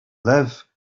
live